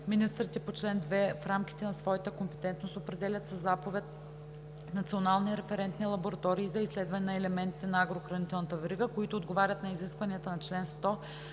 Министрите по чл. 2, в рамките на своята компетентност, определят със заповед национални референтни лаборатории за изследване на елементите на агрохранителната верига, които отговарят на изискванията на чл. 100,